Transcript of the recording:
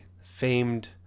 famed